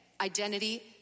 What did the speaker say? identity